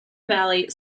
valley